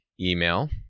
email